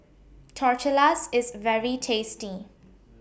Tortillas IS very tasty